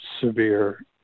severe